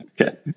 Okay